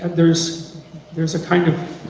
there's there's a kind of